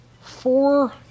Four